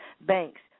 Banks